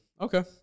Okay